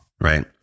right